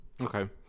Okay